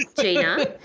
Gina